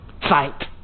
Fight